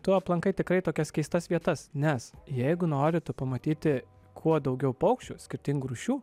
tu aplankai tikrai tokias keistas vietas nes jeigu nori tu pamatyti kuo daugiau paukščių skirtingų rūšių